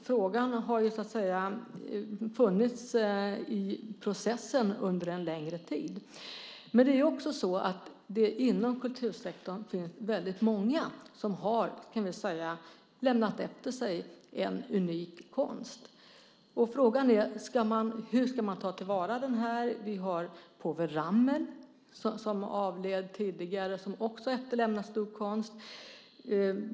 Frågan har så att säga funnits med i processen under en längre tid. Det är också så att det inom kultursektorn finns väldigt många som har lämnat efter sig unik konst. Och frågan är: Hur ska man ta till vara det här? Vi har Povel Ramel, som avled tidigare, som också efterlämnar stor konst.